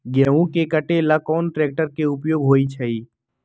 गेंहू के कटे ला कोंन ट्रेक्टर के उपयोग होइ छई?